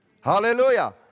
Hallelujah